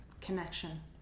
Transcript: connection